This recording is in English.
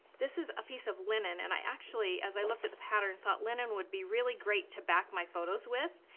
this is a piece of linen, and i actually, as i looked at the pattern, i thought linen would be really great to back my photos with.